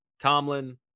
Tomlin